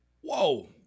Whoa